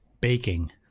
baking